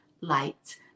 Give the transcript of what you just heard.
light